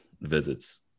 visits